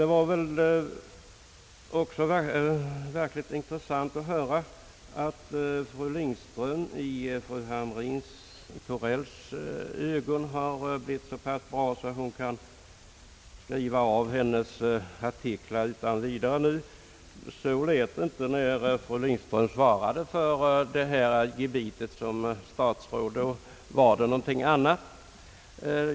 Det var också verkligt intressant att höra att fru Lindströms ståndpunkt i fru Hamrin Thorells ögon har blivit så bra, att fru Hamrin-Thorell nu kan skriva av hennes artiklar utan vidare. Så lät det sannerligen inte när fru Lindström i egenskap av statsråd svarade för detta gebit; då var tonen en helt annan.